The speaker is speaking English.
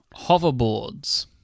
Hoverboards